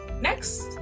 next